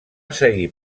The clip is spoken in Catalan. seguir